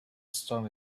storm